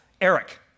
Eric